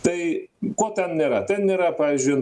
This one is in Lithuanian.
tai ko ten nėra ten nėra pavyzdžiui